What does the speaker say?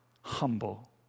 Humble